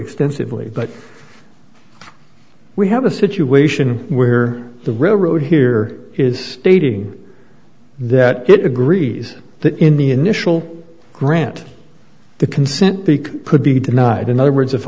extensively but we have a situation where the railroad here is stating that it agrees that in the initial grant the consent they could be denied in other words if